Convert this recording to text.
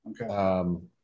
Okay